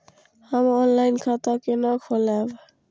हम ऑनलाइन खाता केना खोलैब?